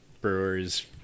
brewers